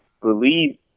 believe